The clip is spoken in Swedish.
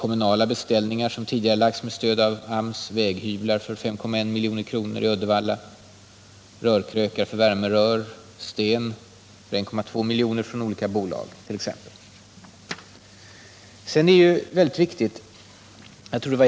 Kommunala beställningar som tidigarelagts med stöd av AMS är väghyvlar för 5,1 milj.kr., rörkrökar till värmerör för 1,1 milj.kr. och sten för 1,2 milj.kr. från olika bolag.